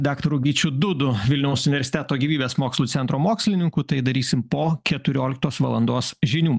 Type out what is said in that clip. daktaru gyčiu dudu vilniaus universiteto gyvybės mokslų centro mokslininku tai darysim po keturioliktos valandos žinių